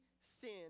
sin